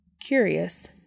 Curious